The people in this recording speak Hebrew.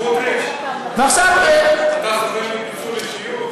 סמוטריץ, אתה סובל מפיצול אישיות?